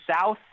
South